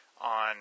on